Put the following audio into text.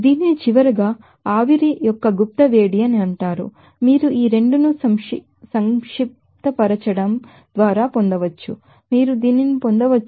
దీనిని చివరగా latent heat of vaporization అని అంటారు మీరు ఈ 2 ను సంక్షిప్తీకరించడం ద్వారా పొందవచ్చు మీరు దీనిని పొందవచ్చు 240 1